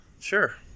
sure